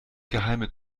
geheime